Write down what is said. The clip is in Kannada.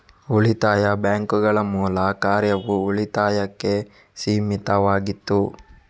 ಉಳಿತಾಯ ಬ್ಯಾಂಕುಗಳ ಮೂಲ ಕಾರ್ಯವು ಉಳಿತಾಯಕ್ಕೆ ಸೀಮಿತವಾಗಿತ್ತು